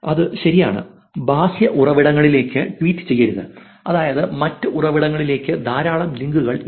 അത് ശരിയാണ് ബാഹ്യ ഉറവിടങ്ങളിലേക്ക് ട്വീറ്റ് ചെയ്യരുത് അതായത് മറ്റ് ഉറവിടങ്ങളിലേക്ക് ധാരാളം ലിങ്കുകൾ ഇല്ല